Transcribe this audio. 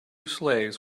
slaves